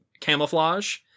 camouflage